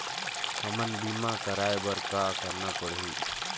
हमन बीमा कराये बर का करना पड़ही?